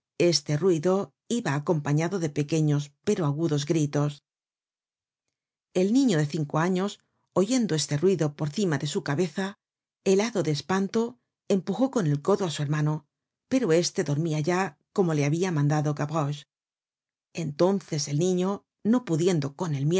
este ruido iba acompañado de pequeños pero agudos gritos el niño de cinco años oyendo este ruido por cima de su cabeza helado de espanto empujó con el codo á su hermano pero éste dormía ya como le habia mandado gavroche entonces el niño no pudiendo con el